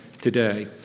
today